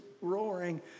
roaring